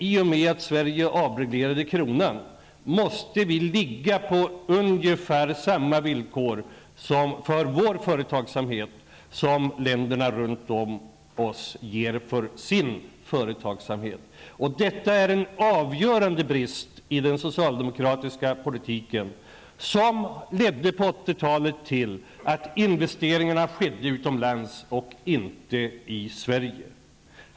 I och med att Sverige avreglerade kronan måste vi för vår företagsamhet ha ungefär samma villkor som länderna runt om kring oss har för sin företagsamhet. Detta var en avgörande brist i den socialdemokratiska politik som på 1980-talet ledde till att investeringarna skedde utomlands och inte i Sverige.